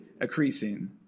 increasing